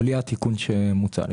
בלי התיקון שמוצע,